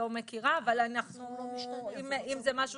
אם זה משהו